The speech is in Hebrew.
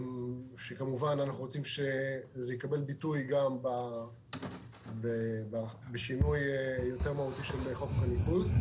אנחנו כמובן רוצים שזה יקבל ביטוי גם בשינוי יותר מהותי של חוק הניקוז.